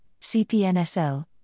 CPNSL